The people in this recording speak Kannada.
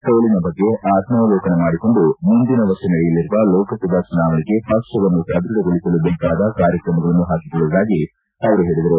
ಸೋಲಿನ ಬಗ್ಗೆ ಆತ್ಮಾವಲೋಕನ ಮಾಡಿಕೊಂಡು ಮುಂದಿನ ವರ್ಷ ನಡೆಯಲಿರುವ ಲೋಕಸಭಾ ಚುನಾವಣೆಗೆ ಪಕ್ಷವನ್ನು ಸಧ್ಯಡಗೊಳಿಸಲು ಬೇಕಾದ ಕಾರ್ಯಕ್ರಮಗಳನ್ನು ಪಾಕಿಕೊಳ್ಳುವುದಾಗಿ ಅವರು ಹೇಳಿದರು